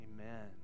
amen